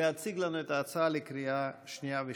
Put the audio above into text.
להציג לנו את ההצעה לקריאה שנייה ושלישית.